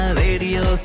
radio